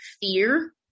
fear